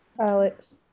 Alex